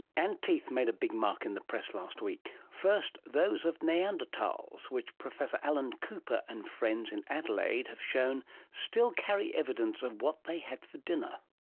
and teeth made a big mark in the press last week. first, those of neanderthals, which professor alan cooper and friends in adelaide have shown still carry evidence of what they had for dinner.